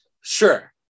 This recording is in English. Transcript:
sure